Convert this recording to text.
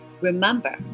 remember